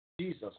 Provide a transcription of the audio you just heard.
Jesus